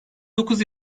dokuz